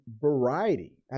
Variety